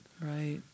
Right